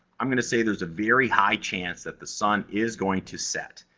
i'm gonna say there's a very high chance that the sun is going to set.